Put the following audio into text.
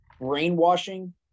brainwashing